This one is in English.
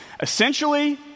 Essentially